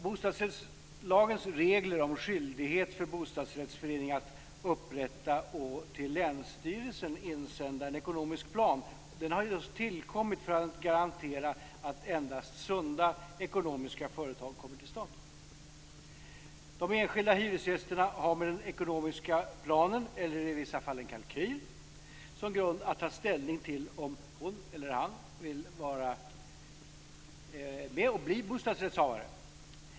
Bostadsrättslagens regler om skyldighet för bostadsrättsförening att upprätta och till länsstyrelsen insända en ekonomisk plan har just tillkommit för att garantera att endast sunda ekonomiska företag kommer till stånd. De enskilda hyresgästerna har med den ekonomiska planen, eller i vissa fall en kalkyl, som grund att ta ställning till om hon eller han vill bli bostadsrättshavare.